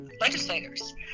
legislators